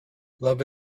love